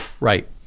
right